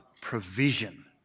provision